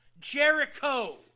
Jericho